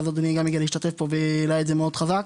שאז אדוני גם הגיע להשתתף והעלה את זה מאוד חזק,